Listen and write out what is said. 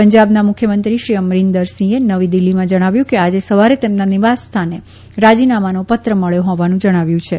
પંજાબના મુખ્યમંત્રીશ્રી અમરિન્દરસિંહે નવી દીલ્હીમાં જણાવ્યું કે આજે સવારે તેમના નિવાસસ્થાને રાજીનામાનો પત્ર મળ્યો હોવાનું જણાવ્યું છે